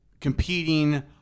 competing